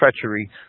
treachery